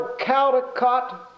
Caldecott